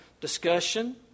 discussion